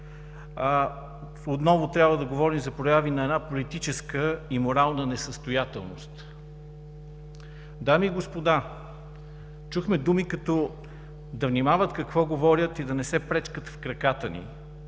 а отново трябва да говорим за прояви на една политическа и морална несъстоятелност. Дами и господа, чухме думи, като: „да внимават какво говорят и да не се пречкат в краката ни“.